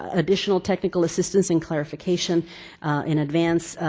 ah additional technical assistance and clarification in advance,